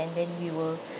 and then we will